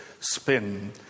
spin